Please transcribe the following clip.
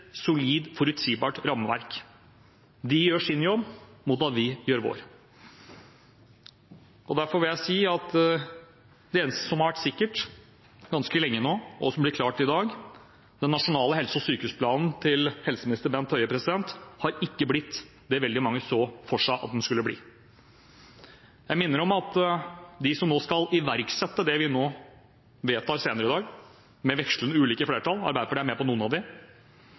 solid, forutsigbart rammeverk. De gjør sin jobb mot at vi gjør vår. Derfor vil jeg si at det eneste som har vært sikkert ganske lenge nå, og som blir klart i dag, er at den nasjonale helse- og sykehusplanen til helseminister Bent Høie ikke har blitt det veldig mange så for seg at den skulle bli. Jeg minner om at de som skal iverksette det vi nå vedtar senere i dag med ulike flertall – Arbeiderpartiet er med på noe av det – er de